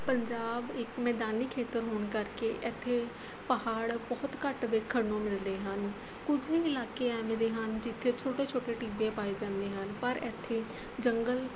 ਪੰਜਾਬ ਇੱਕ ਮੈਦਾਨੀ ਖੇਤਰ ਹੋਣ ਕਰਕੇ ਇੱਥੇ ਪਹਾੜ ਬਹੁਤ ਘੱਟ ਵੇਖਣ ਨੂੰ ਮਿਲਦੇ ਹਨ ਕੁਝ ਹੀ ਇਲਾਕੇ ਐਵੇਂ ਦੇ ਹਨ ਜਿੱਥੇ ਛੋਟੇ ਛੋਟੇ ਟਿੱਬੇ ਪਾਏ ਜਾਂਦੇ ਹਨ ਪਰ ਇੱਥੇ ਜੰਗਲ